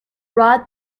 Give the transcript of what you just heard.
rod